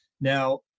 now